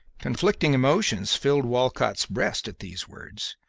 conflicting emotions filled walcott's breast at these words,